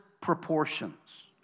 proportions